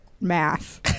math